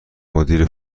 مدیر